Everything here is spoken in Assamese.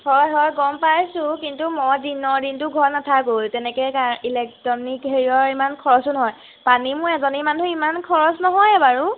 হয় হয় গম পাইছোঁ কিন্তু মই দিনৰ দিনটো ঘৰত নাথাকোঁ তেনেকৈ কাৰে ইলেক্ট্ৰনিক হেৰিয়ৰ ইমান খৰচো নহয় পানী মোৰ এজনী মানুহৰ ইমান খৰচ নহয় বাৰু